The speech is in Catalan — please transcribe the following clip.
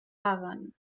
paguen